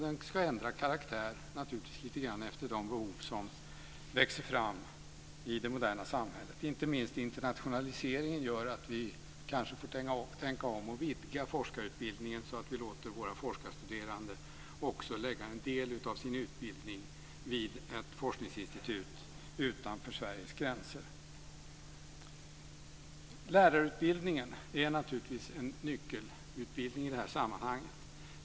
Den ska ändra karaktär efter de behov som växer fram i det moderna samhället. Inte minst internationaliseringen gör att vi kanske får tänka om och vidga forskarutbildningen, så att vi låter våra forskarstuderande lägga en del av sin utbildning vid ett forskningsinstitut utanför Sveriges gränser. Lärarutbildningen är en nyckelutbildning i sammanhanget.